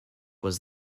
was